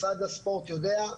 משרד הספורט יודע,